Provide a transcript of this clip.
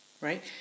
Right